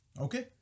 Okay